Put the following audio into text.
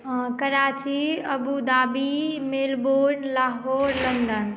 Karachi Abu Dhabi Melbourne Lahore London